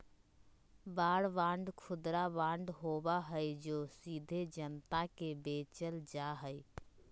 war bond खुदरा bond होबा हई जो सीधे जनता के बेचल जा हई